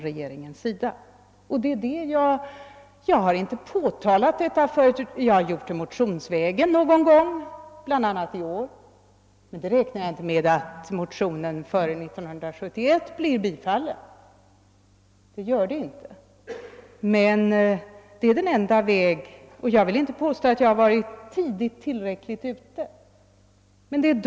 Jag har någon gång påtalat detta motionsvägen, bl.a. i år, men jag räknar inte med att en sådan motion blir bifallen före 1971. Jag vill inte heller påstå att jag varit tillräckligt tidigt ute i detta ärende.